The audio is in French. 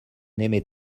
aimait